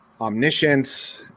omniscience